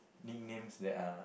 nicknames that are